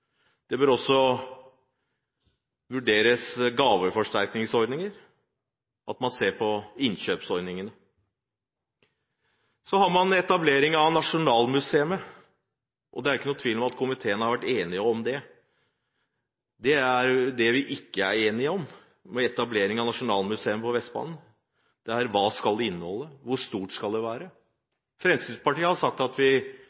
Det bør også vurderes gaveforsterkningsordninger, hvor man ser på innkjøpsordningene. Så har man etablering av Nasjonalmuseet. Det er ikke noen tvil om at komiteen har vært enig om det. Det vi ikke er enige om ved etablering av et nasjonalmuseum på Vestbanen, er: Hva skal det inneholde? Hvor stort skal det være? Fremskrittspartiet har sagt at vi